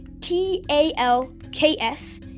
t-a-l-k-s